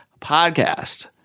podcast